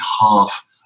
half